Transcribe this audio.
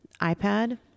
iPad